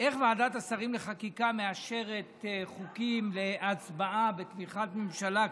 איך ועדת השרים לחקיקה מאשרת חוקים והצבעה בתמיכת ממשלה כאן,